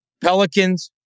Pelicans